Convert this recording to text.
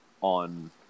on